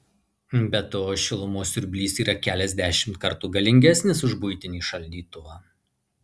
be to šilumos siurblys yra keliasdešimt kartų galingesnis už buitinį šaldytuvą